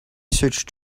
search